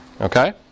Okay